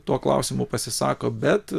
tuo klausimu pasisako bet